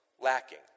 lacking